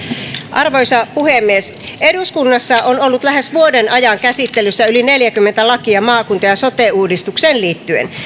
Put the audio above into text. arvoisa puhemies eduskunnassa on ollut lähes vuoden ajan käsittelyssä yli neljäkymmentä lakia maakunta ja sote uudistukseen liittyen